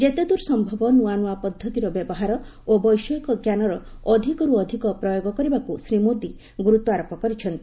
ଯେତେଦୂର ସମ୍ଭବ ନ୍ତୁଆ ନୁଆ ପଦ୍ଧତିର ବ୍ୟବହାର ଓ ବୈଷୟିକ ଜ୍ଞାନର ଅଧିକର୍ ଅଧିକ ପ୍ରୟୋଗ କରିବାକୁ ଶ୍ରୀ ମୋଦୀ ଗୁରୁତ୍ୱ ଆରୋପ କରିଛନ୍ତି